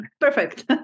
Perfect